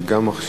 שגם,